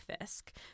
Fisk